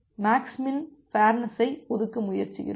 maths min fairness ஐ ஒதுக்க முயற்சிக்கிறோம்